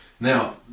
now